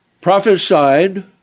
prophesied